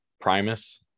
Primus